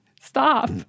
Stop